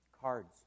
cards